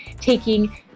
taking